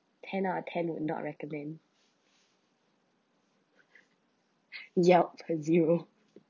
ten out of ten would not recommend yup per zero